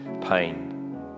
pain